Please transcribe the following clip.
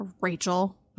Rachel